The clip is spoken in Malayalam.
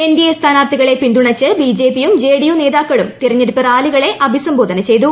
എൻഡിഎ സ്ഥാനാർഥികളെ പിന്തുണച്ച് ബിജെപിയും ജെഡിയു നേതാക്കളും തെരഞ്ഞെടുപ്പ് റാലികളെ അഭിസംബോധന ചെയ്തു